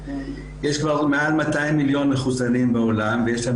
יש כבר מעל 200 מיליון מחוסנים בעולם ויש לנו